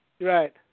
Right